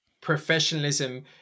professionalism